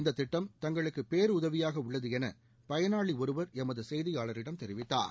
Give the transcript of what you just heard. இந்த திட்டம் தங்களுக்கு பேருதவியாக உள்ளது என பயனாளி ஒருவர் எமது செய்தியாளரிடம் தெரிவித்தார்